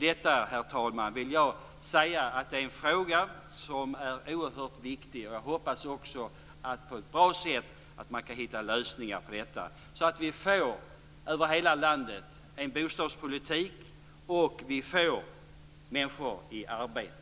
Detta, herr talman, vill jag säga är en oerhört viktig fråga. Jag hoppas att man på ett bra sätt kan hitta lösningar på detta så att vi över hela landet får en bra bostadspolitik och får människor i arbete.